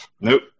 nope